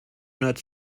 not